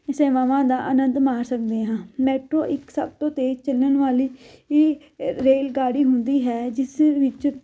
ਸੇਵਾਵਾਂ ਦਾ ਆਨੰਦ ਮਾਣ ਸਕਦੇ ਹਾਂ ਮੈਟਰੋ ਇੱਕ ਸਭ ਤੋਂ ਤੇਜ਼ ਚੱਲਣ ਵਾਲੀ ਹੀ ਰੇਲਗਾਡੀ ਹੁੰਦੀ ਹੈ ਜਿਸ ਵਿੱਚ